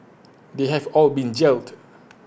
they have all been jailed